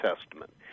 Testament